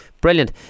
brilliant